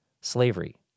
slavery